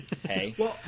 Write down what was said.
hey